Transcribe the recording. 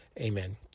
Amen